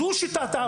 זו שיטת העבודה.